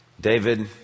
David